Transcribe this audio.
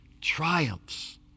triumphs